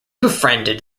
befriended